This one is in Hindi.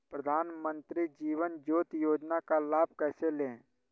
प्रधानमंत्री जीवन ज्योति योजना का लाभ कैसे लें?